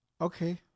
Okay